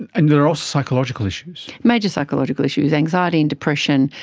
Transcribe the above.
and and there are also psychological issues. major psychological issues, anxiety and depression,